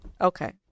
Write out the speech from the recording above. Okay